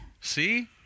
See